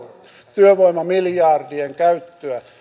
työvoimamiljardien käyttöä